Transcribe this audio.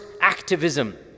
activism